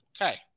Okay